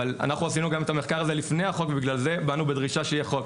אנחנו עשינו את המחקר הזה לפני החוק ובגלל זה באנו בדרישה שיהיה חוק.